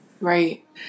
Right